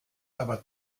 aber